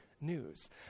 news